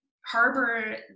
harbor